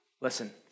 Listen